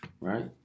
Right